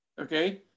okay